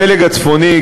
הפלג הצפוני,